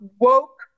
woke